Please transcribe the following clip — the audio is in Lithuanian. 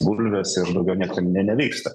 bulves ir daugiau nieko ne nevyksta